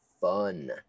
fun